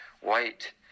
white